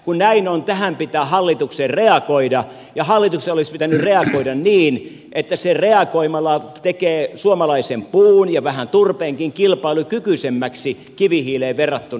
kun näin on tähän pitää hallituksen reagoida ja hallituksen olisi pitänyt reagoida niin että se reagoimalla tekee suomalaisen puun ja vähän turpeenkin kilpailukykyisemmäksi kivihiileen verrattuna